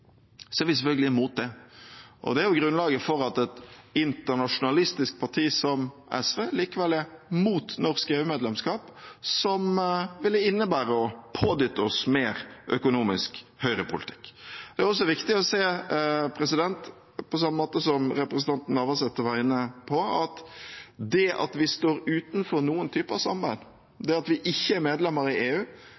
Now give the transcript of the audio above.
er vi selvfølgelig imot det. Det er jo grunnlaget for at et internasjonalistisk parti som SV likevel er mot norsk EU-medlemskap, som ville innebære å pådytte oss mer økonomisk høyrepolitikk. Det er også viktig å se – på samme måte som representanten Navarsete var inne på – at det at vi står utenfor noen typer samarbeid,